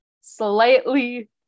slightly